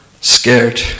scared